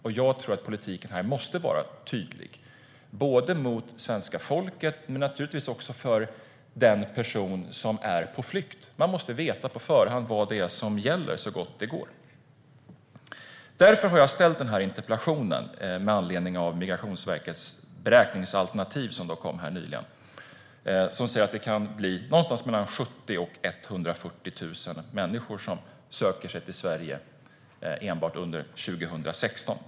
Och jag tror att politiken här måste vara tydlig för svenska folket men naturligtvis också för den person som är på flykt. Man måste veta på förhand vad det är som gäller så gott det går. Jag har ställt den här interpellationen med anledning av Migrationsverkets beräkningsalternativ, som kom nyligen, som säger att det kan bli någonstans mellan 70 000 och 140 000 människor som söker sig till Sverige enbart under 2016.